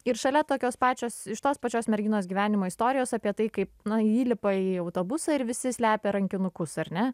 ir šalia tokios pačios iš tos pačios merginos gyvenimo istorijos apie tai kaip na ji įlipa į autobusą ir visi slepia rankinukus ar ne